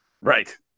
Right